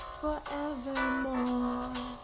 forevermore